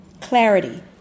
Clarity